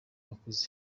bakuze